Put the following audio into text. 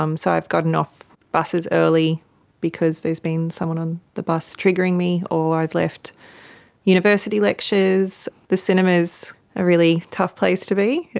um so i've gotten off buses early because there has been someone on the bus triggering me, or i've left university lectures. the cinema is a really tough place to be.